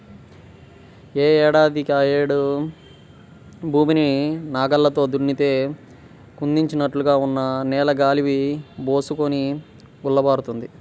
యే ఏడాదికాయేడు భూమిని నాగల్లతో దున్నితే కుదించినట్లుగా ఉన్న నేల గాలి బోసుకొని గుల్లబారుతుంది